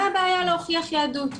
מה הבעיה להוכיח יהדות,